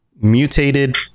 mutated